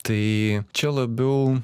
tai čia labiau